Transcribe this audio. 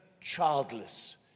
childless